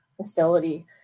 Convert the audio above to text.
facility